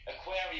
aquarium